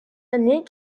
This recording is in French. années